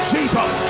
Jesus